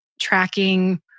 tracking